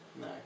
No